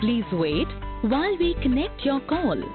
please will we the connect your call